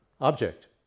object